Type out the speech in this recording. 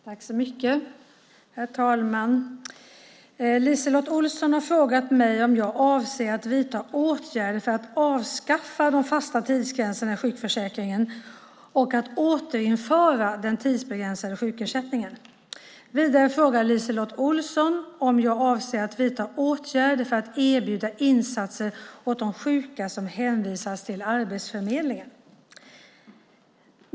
Herr talman! LiseLotte Olsson har frågat mig om jag avser att vidta åtgärder för att avskaffa de fasta tidsgränserna i sjukförsäkringen och återinföra den tidsbegränsade sjukersättningen. Vidare frågar LiseLotte Olsson om jag avser att vidta åtgärder för att erbjuda insatser åt de sjuka som hänvisas till Arbetsförmedlingen.